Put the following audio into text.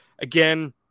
Again